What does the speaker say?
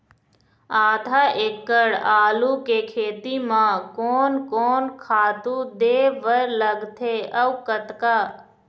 आधा एकड़ आलू के खेती म कोन कोन खातू दे बर लगथे अऊ कतका?